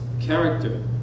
character